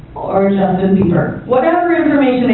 or justin bieber, whatever ah